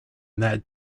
that